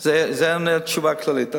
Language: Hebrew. זה עונה תשובה כללית.